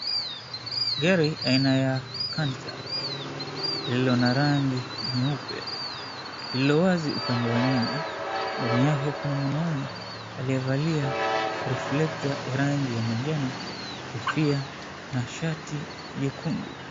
Gar aina ya Canter lililo na rangi nyeupe, lililowazi upande wa nyuma, ndani yake kuna mwanaume aliyevalia reflector ya rangi ya manjano, kofia na shati jekundu.